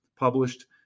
published